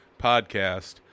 podcast